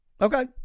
Okay